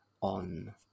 on